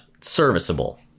Serviceable